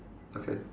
okay